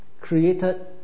created